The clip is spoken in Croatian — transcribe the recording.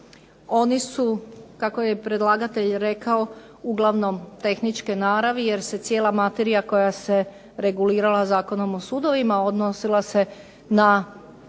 oni su kako je predlagatelj rekao uglavnom tehničke naravi jer se cijela materija koja se regulirala Zakonom o sudovima odnosila se na